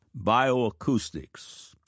Bioacoustics